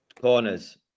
corners